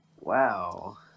Wow